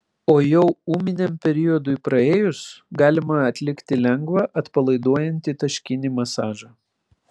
o jau ūminiam periodui praėjus galima atlikti lengvą atpalaiduojantį taškinį masažą